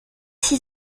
six